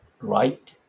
right